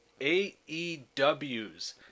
AEW's